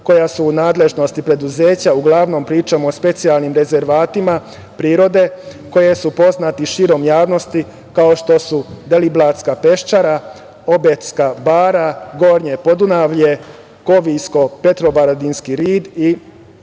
koja su u nadležnosti preduzeća, uglavnom pričamo o specijalnim rezervatima prirode koji su poznati široj javnosti, kao što su Deliblatska peščara, Obedska bara, Gornje podunavlje, Koviljsko- Petrovaradinski rit i